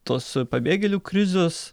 tos pabėgėlių krizios